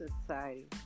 Society